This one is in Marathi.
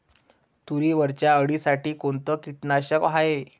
तुरीवरच्या अळीसाठी कोनतं कीटकनाशक हाये?